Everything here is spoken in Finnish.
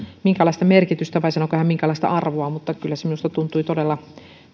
minkäänlaista merkitystä vai sanoiko hän minkäänlaista arvoa mutta kyllä se minusta tuntui todella